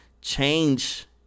change